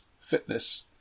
fitness